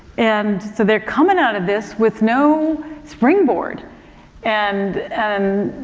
and, so they're coming out of this with no springboard and, and,